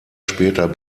später